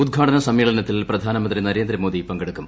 ഉദ്ഘാടന സമ്മേളനത്തിൽ പ്രധാനമന്ത്രി നരേന്ദ്രമോദി പങ്കെടുക്കും